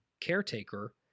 caretaker